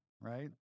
right